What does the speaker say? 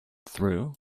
through